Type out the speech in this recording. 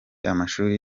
amashuri